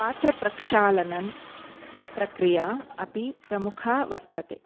पात्रप्रक्षालनप्रक्रिया अपि प्रमुखा वर्तते